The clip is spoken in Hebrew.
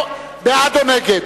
בעד או נגד?